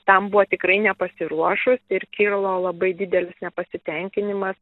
tam buvo tikrai nepasiruošus ir kilo labai didelis nepasitenkinimas